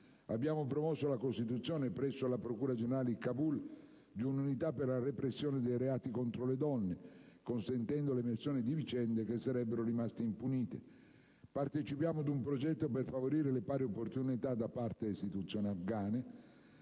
abbiamo promosso la costituzione presso la procura generale di Kabul di un'Unità per la repressione dei reati contro le donne, consentendo l'emersione di vicende che sarebbero rimaste impunite; partecipiamo ad un progetto per favorire le pari opportunità da parte delle istituzioni afghane;